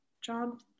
job